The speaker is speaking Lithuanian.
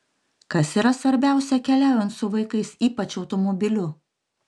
kas yra svarbiausia keliaujant su vaikais ypač automobiliu